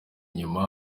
inyuma